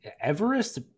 everest